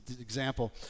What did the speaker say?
example